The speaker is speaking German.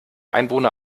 einwohner